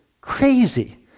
crazy